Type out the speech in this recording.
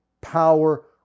power